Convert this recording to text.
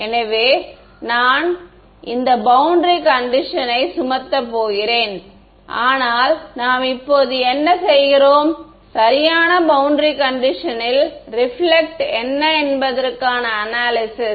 எனவே நான் இந்த பௌண்டரி கண்டிஷன் னை சுமத்தப் போகிறேன் ஆனால் நாம் இப்போது என்ன செய்கிறோம் சரியான பௌண்டரி கண்டிஷனில் ரிபிலக்ட் என்ன என்பதற்கான அனாலிசிஸ்